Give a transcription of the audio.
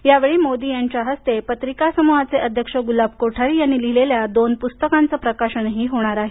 या वेळी मोदी यांच्या हस्ते पत्रिका समुहाचे अध्यक्ष गुलाब कोठारी यांनी लिहिलेल्या दोन पुस्तकांचे प्रकाशनही होणार आहे